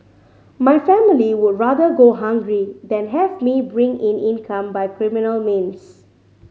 my family would rather go hungry than have me bring in income by criminal means